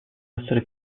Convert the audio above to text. essere